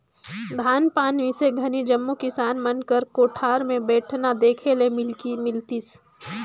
धान पान मिसे घनी जम्मो किसान मन कर कोठार मे बेलना देखे ले मिलतिस